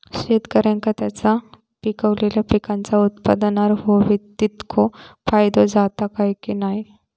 शेतकऱ्यांका त्यांचा पिकयलेल्या पीकांच्या उत्पन्नार होयो तितको फायदो जाता काय की नाय?